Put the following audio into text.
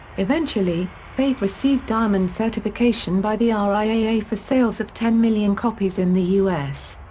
eventually, faith received diamond certification by the ah riaa for sales of ten million copies in the us.